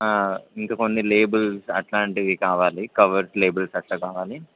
ఇంక కొన్ని లేబుల్స్ అట్లాంటివి కావాలి కవర్స్ లేబుల్స్ అట్లా కావాలి